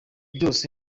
byose